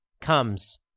comes